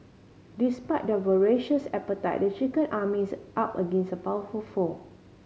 despite their voracious appetite the chicken army is up against a powerful foe